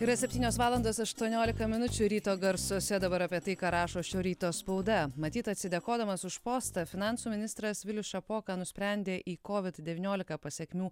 yra septynios valandos aštuoniolika minučių ryto garsuose dabar apie tai ką rašo šio ryto spauda matyt atsidėkodamas už postą finansų ministras vilius šapoka nusprendė į covid devyniolika pasekmių